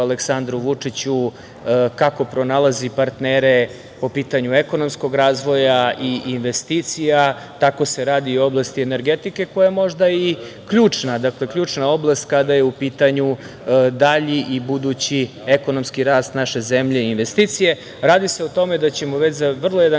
Aleksandru Vučiću, kako pronalazi partnere po pitanju ekonomskog razvoja i investicija, tako se i radi u oblasti energetike, koja je možda i ključna oblast kada je u pitanju dalji i budući ekonomski rast naše zemlje i investicije. Radi se o tome da ćemo za vrlo kratak